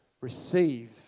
receive